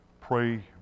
pray